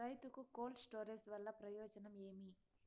రైతుకు cold storage వల్ల ప్రయోజనం ఏమి?